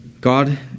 God